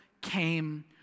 came